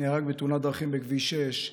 נהרג בתאונת דרכים בכביש 6,